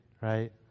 right